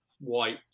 white